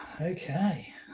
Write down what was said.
Okay